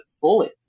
fully